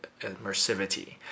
immersivity